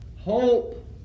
Hope